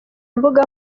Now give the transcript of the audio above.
imbuga